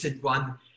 one